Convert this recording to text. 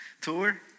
tour